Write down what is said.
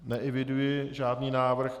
Neeviduji žádný návrh.